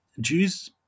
Jews